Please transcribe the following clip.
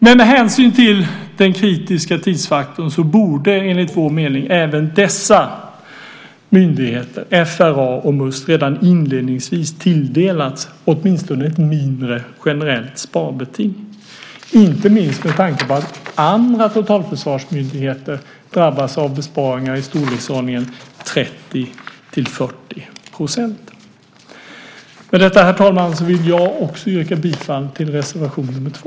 Med hänsyn till den kritiska tidsfaktorn borde enligt vår mening även dessa myndigheter, FRA och Must, redan inledningsvis tilldelats åtminstone ett mindre, generellt sparbeting, inte minst med tanke på att andra totalförsvarsmyndigheter drabbas av besparingar i storleksordningen 30-40 %. Med detta, herr talman, vill jag yrka bifall till reservation nr 2.